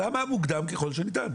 למה מוקדם ככל שניתן?